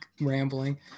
rambling